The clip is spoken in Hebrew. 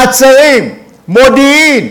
מעצרים, מודיעין,